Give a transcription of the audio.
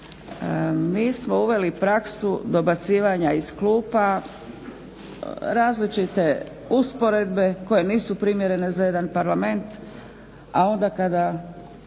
Mi smo uveli praksu dobacivanja iz klupa, različite usporedbe koje nisu primjerene za jedan parlament, a onda kada